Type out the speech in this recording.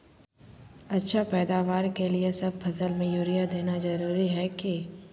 अच्छा पैदावार के लिए सब फसल में यूरिया देना जरुरी है की?